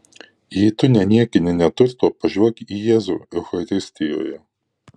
jei tu neniekini neturto pažvelk į jėzų eucharistijoje